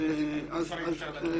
אי-אפשר לדעת.